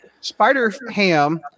Spider-Ham